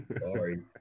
sorry